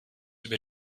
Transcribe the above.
über